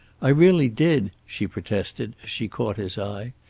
i really did, she protested, as she caught his eye.